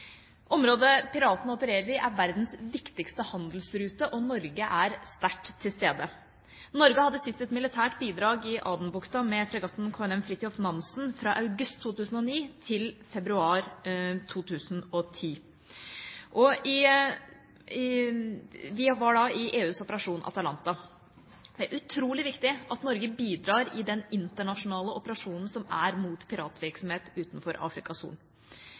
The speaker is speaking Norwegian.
Området piratene opererer i, er verdens viktigste handelsrute, og Norge er sterkt til stede. Norge hadde sist et militært bidrag i Adenbukta med fregatten KNM «Fridtjof Nansen» fra august 2009 til februar 2010. Vi var da i EUs operasjon Atalanta. Det er utrolig viktig at Norge bidrar i den internasjonale operasjonen som er mot piratvirksomhet utenfor Afrikas Horn.